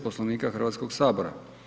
Poslovnika Hrvatskog sabora.